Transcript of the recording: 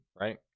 right